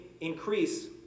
increase